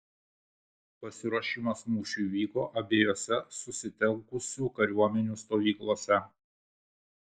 pasiruošimas mūšiui vyko abiejose susitelkusių kariuomenių stovyklose